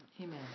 Amen